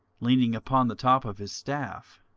leaning upon the top of his staff.